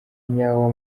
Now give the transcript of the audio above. nyawo